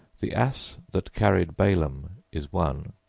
the ass that carried balaam is one,